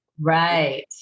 Right